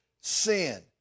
sin